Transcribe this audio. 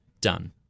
done